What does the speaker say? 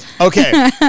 Okay